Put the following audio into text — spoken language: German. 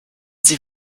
sie